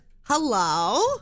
Hello